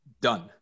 done